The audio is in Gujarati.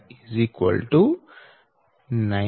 62 42 9